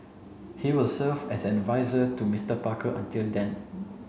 he will serve as an adviser to Mister Parker until then